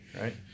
right